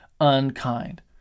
unkind